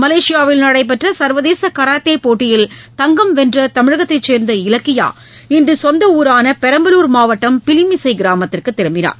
மலேசியாவில் நடைபெற்ற சர்வதேச கராத்தே போட்டியில் தங்கம் வென்ற தமிழகத்தை சேர்ந்த இலக்கியா இன்று சொந்த ஊரான பெரம்பலூர் மாவட்டம் பிலிமிசை கிராமத்திற்கு திரும்பினார்